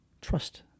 trust